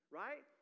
right